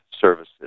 services